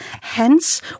Hence